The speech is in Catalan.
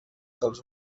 dels